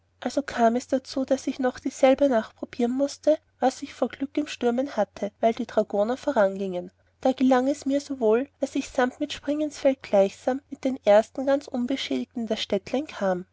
also kam es darzu daß ich noch dieselbe nacht probieren mußte was ich vor glück im stürmen hätte weil die dragoner vorangiengen da gelang es mir so wohl daß ich samt dem springinsfeld gleichsam mit den ersten ganz unbeschädigt in das städtlein kam